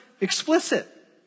explicit